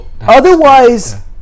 Otherwise